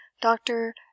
doctor